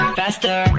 faster